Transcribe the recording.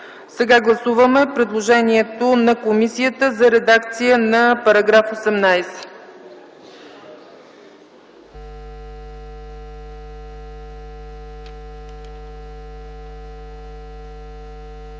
Сега гласуваме предложението на комисията за редакцията на § 18.